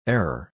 Error